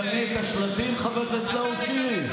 אתה מגנה את השלטים, חבר הכנסת נאור שירי?